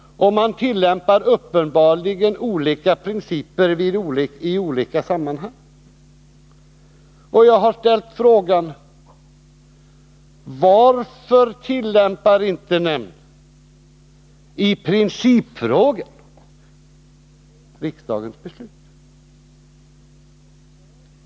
Man tillämpar uppenbarligen olika principer i olika sammanhang, och jag har ställt frågan: Varför tillämpar inte nämnden i principfrågor riksdagens beslut?